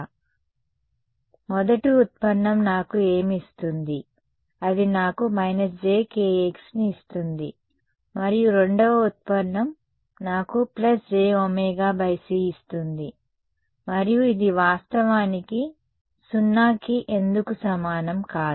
కాబట్టి మొదటి ఉత్పన్నం నాకు ఏమి ఇస్తుంది అది నాకు − jkxని ఇస్తుంది మరియు రెండవ ఉత్పన్నం నాకు jωc ఇస్తుంది మరియు ఇది వాస్తవానికి 0 కి ఎందుకు సమానం కాదు